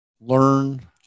learn